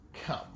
Come